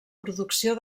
producció